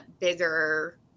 bigger